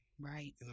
Right